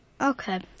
Okay